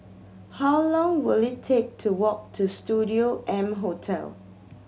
how long will it take to walk to Studio M Hotel